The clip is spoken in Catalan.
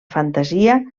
fantasia